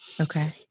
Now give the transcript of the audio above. Okay